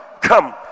Come